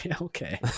Okay